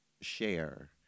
share